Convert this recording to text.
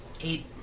Eight